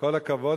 כל הכבוד,